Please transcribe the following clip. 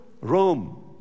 Rome